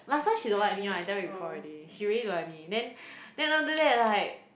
last time she don't like me [one] I tell you before already she really don't like me then then after that like